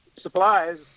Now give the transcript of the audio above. supplies